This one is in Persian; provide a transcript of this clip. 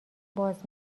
باز